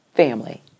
family